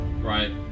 right